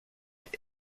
est